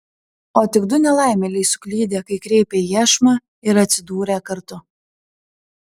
o tik du nelaimėliai suklydę kai kreipė iešmą ir atsidūrę kartu